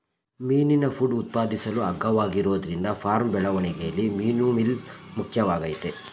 ಮೀನಿನ ಫುಡ್ ಉತ್ಪಾದಿಸಲು ಅಗ್ಗವಾಗಿರೋದ್ರಿಂದ ಫಾರ್ಮ್ ಬೆಳವಣಿಗೆಲಿ ಮೀನುಮೀಲ್ ಮುಖ್ಯವಾಗಯ್ತೆ